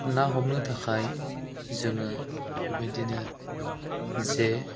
ना हमनो थाखाय जोङो बेबायदिनो जे